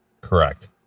Correct